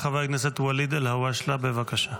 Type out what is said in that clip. חבר הכנסת ואליד אלהואשלה, בבקשה.